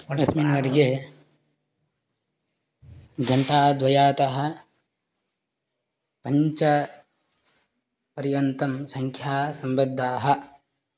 वटस्मिन् वर्गे घण्टाद्वयतः पञ्चपर्यन्तं संख्याः सम्बद्धाः